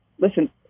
Listen